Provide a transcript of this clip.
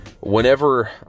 whenever